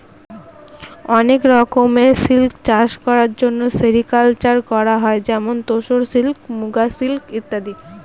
অনেক রকমের সিল্ক চাষ করার জন্য সেরিকালকালচার করা হয় যেমন তোসর সিল্ক, মুগা সিল্ক ইত্যাদি